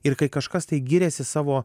ir kai kažkas tai giriasi savo